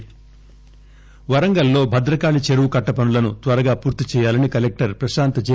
వరంగల్ వరంగల్ లో భద్రకాళి చెరువు కట్ల పనులను త్వరగా పూర్తి చేయాలని కలెక్లర్ ప్రశాంత్ జె